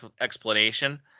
explanation